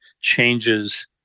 changes